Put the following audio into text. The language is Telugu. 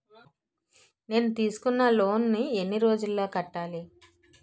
నేను తీసుకున్న లోన్ నీ ఎన్ని రోజుల్లో కట్టాలి?